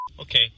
Okay